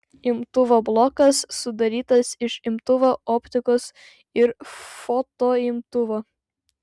imtuvo blokas sudarytas iš imtuvo optikos ir fotoimtuvo